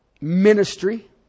ministry